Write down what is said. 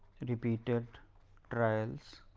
repeated trails